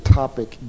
topic